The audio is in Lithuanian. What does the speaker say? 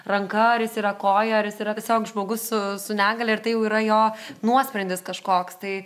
ranka ar jis yra koja ar jis yra tiesiog žmogus su negalia ir tai jau yra jo nuosprendis kažkoks tai